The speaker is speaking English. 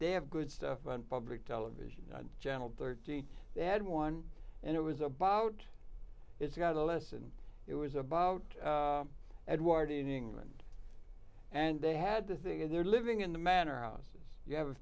they have good stuff on public television channel thirteen they had one and it was about it's got a lesson it was about edwardian england and they had this thing in their living in the manner of those you have a